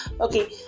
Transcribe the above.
okay